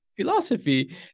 philosophy